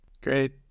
Great